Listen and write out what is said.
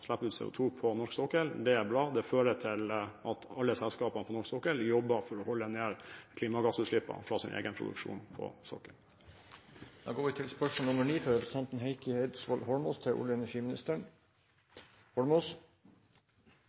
på norsk sokkel. Det er bra, det fører til at alle selskapene på norsk sokkel jobber for å holde nede klimagassutslippene fra sin egen produksjon på